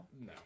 No